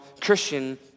Christian